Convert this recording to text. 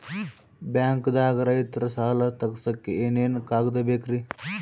ಬ್ಯಾಂಕ್ದಾಗ ರೈತರ ಸಾಲ ತಗ್ಸಕ್ಕೆ ಏನೇನ್ ಕಾಗ್ದ ಬೇಕ್ರಿ?